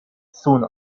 soon